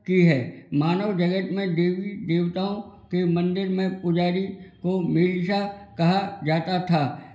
की है मानव जगत में देवी देवताओं के मंदिर में पुजारी को मेरिषा कहा जाता था